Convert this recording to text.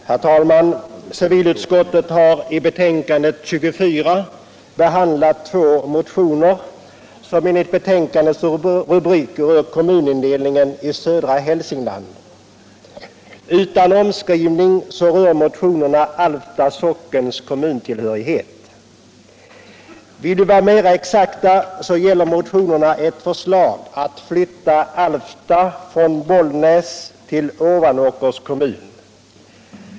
Herr talman! Civilutskottet har i betänkandet 24 behandlat två motioner som enligt betänkandets rubrik rör kommunindelningen i södra Hälsingland. Utan omskrivning rör motionerna Alfta sockens kommuntillhörighet. Vill vi vara mera exakta, så gäller motionerna ett förslag att flytta Alfta från Bollnäs till Ovanåkers kommun.